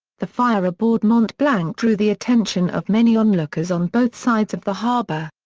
the fire aboard mont-blanc drew the attention of many onlookers on both sides of the harbour.